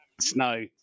snow